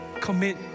commit